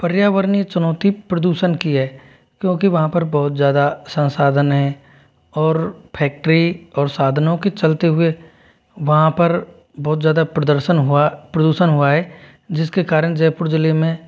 पर्यावरणीय चुनौती प्रदूषण की है क्योंकि वहाँ पर बहुत ज्यादा संसाधन है और फैक्ट्री और साधनों के चलते हुए वहाँ पर बहुत ज़्यादा प्रदर्शन हुआ प्रदूषण हुआ है जिसके कारण जयपुर ज़िले में